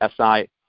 SI